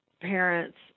parents